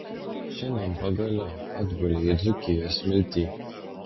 šiandien pagaliau atgulei į dzūkijos smiltį